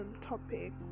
topic